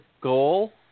goal